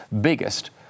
Biggest